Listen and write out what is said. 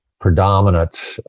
predominant